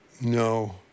No